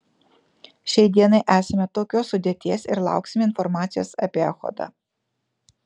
šiai dienai esame tokios sudėties ir lauksime informacijos apie echodą